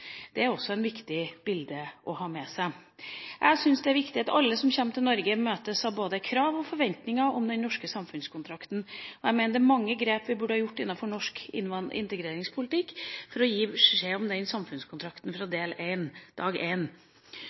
Det er også et viktig bilde å ha med seg. Jeg syns det er viktig at alle som kommer til Norge, møtes av både krav og forventninger om den norske samfunnskontrakten. Jeg mener det er mange grep vi burde ha gjort innenfor norsk integreringspolitikk for å gi beskjed om denne samfunnskontrakten fra dag